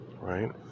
Right